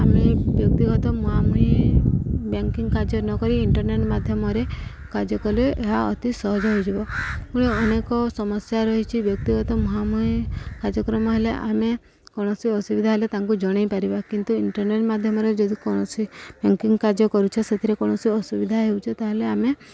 ଆମେ ବ୍ୟକ୍ତିଗତ ମୁହାଁମୁହିଁ ବ୍ୟାଙ୍କିଂ କାର୍ଯ୍ୟ ନକରି ଇଣ୍ଟରନେଟ୍ ମାଧ୍ୟମରେ କାର୍ଯ୍ୟ କଲେ ଏହା ଅତି ସହଜ ହୋଇଯିବ ପୁଣି ଅନେକ ସମସ୍ୟା ରହିଛି ବ୍ୟକ୍ତିଗତ ମୁହାଁମୁହିଁ କାର୍ଯ୍ୟକ୍ରମ ହେଲେ ଆମେ କୌଣସି ଅସୁବିଧା ହେଲେ ତାଙ୍କୁ ଜଣେଇ ପାରିବା କିନ୍ତୁ ଇଣ୍ଟରନେଟ୍ ମାଧ୍ୟମରେ ଯଦି କୌଣସି ବ୍ୟାଙ୍କିଂ କାର୍ଯ୍ୟ କରୁଛ ସେଥିରେ କୌଣସି ଅସୁବିଧା ହେଉଛେ ତାହେଲେ ଆମେ